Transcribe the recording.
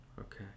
Okay